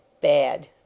Bad